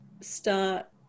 start